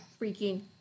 freaking